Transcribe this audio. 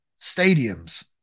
stadiums